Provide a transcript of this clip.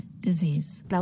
disease